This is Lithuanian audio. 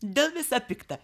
dėl visa pikta